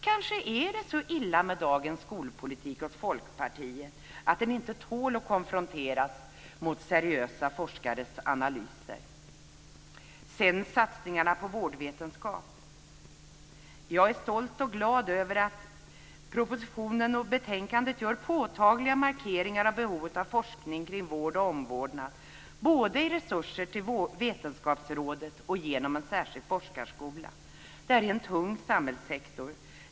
Kanske är det så illa med dagens skolpolitik hos Folkpartiet att den inte tål att konfronteras med seriösa forskares analyser. Sedan gäller det satsningarna på vårdvetenskap. Jag är stolt och glad över att propositionen och betänkandet gör påtagliga markeringar av behovet av forskning kring vård och omvårdnad både i resurser till Vetenskapsrådet och genom en särskild forskarskola. Detta är en tung samhällssektor.